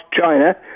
China